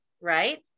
right